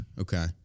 okay